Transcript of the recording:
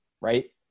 right